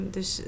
Dus